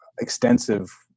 extensive